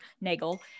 Nagel